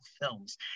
films